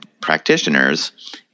practitioners